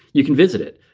you can visit it.